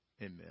Amen